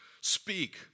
speak